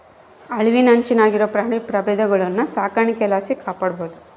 ಅಳಿವಿನಂಚಿನಾಗಿರೋ ಪ್ರಾಣಿ ಪ್ರಭೇದಗುಳ್ನ ಸಾಕಾಣಿಕೆ ಲಾಸಿ ಕಾಪಾಡ್ಬೋದು